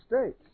States